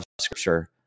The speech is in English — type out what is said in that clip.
scripture